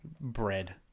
bread